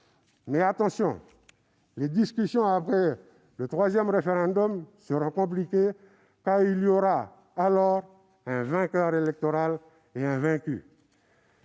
Mais attention : les discussions après le troisième référendum seront compliquées, car il y a aura alors un vainqueur électoral et un vaincu.